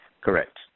Correct